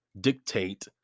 dictate